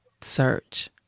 search